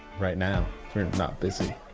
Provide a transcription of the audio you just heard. right now. if you're not busy.